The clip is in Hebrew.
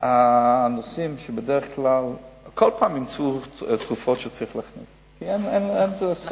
כל פעם ימצאו תרופות שצריך להכניס, אין לזה סוף.